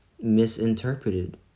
misinterpreted